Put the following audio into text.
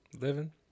Living